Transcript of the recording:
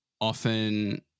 often